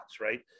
right